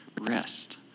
rest